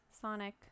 sonic